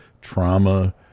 trauma